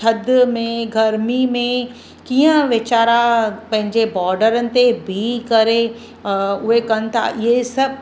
थधि में गर्मी में कीअं वेचारा पंहिंजे बॉडरनि ते बीह करे उहे कनि था इहो इहे सभु